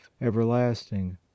everlasting